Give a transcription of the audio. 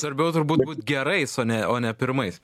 svarbiau turbūt būt gerais o ne o ne pirmais